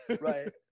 Right